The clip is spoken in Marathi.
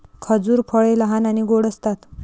खजूर फळे लहान आणि गोड असतात